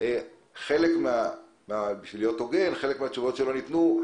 חלק מהתשובות שלא ניתנו,